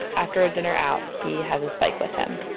after a dinner out, he has his bike with him.